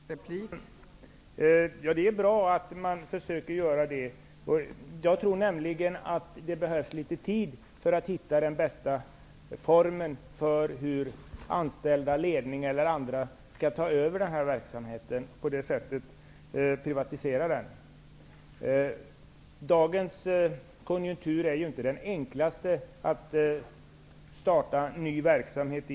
Fru talman! Det är bra att man försöker göra det. Jag tror att det tar litet tid att hitta den bästa formen för ett övertagande från de anställdas, ledningens eller andras sida för att på det sättet privatisera verksamheten. Dagens konjunktur är inte den enklaste när det gäller att starta en ny verksamhet.